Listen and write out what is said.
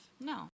No